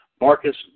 Marcus